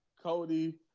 Cody